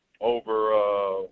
Over